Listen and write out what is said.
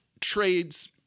trades